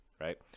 right